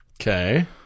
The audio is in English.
Okay